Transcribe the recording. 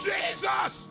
Jesus